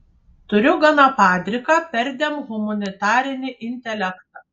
turiu gana padriką perdėm humanitarinį intelektą